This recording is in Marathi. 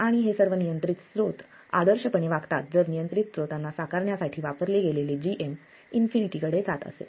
आणि हे सर्व नियंत्रित स्त्रोत आदर्शपणे वागतात जर नियंत्रित स्त्रोतांना साकारण्यासाठी वापरले गेलेले gm इन्फिनिटी कडे जात असेल